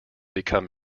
become